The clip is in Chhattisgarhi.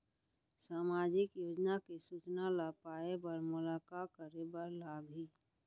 सामाजिक योजना के सूचना ल पाए बर मोला का करे बर लागही?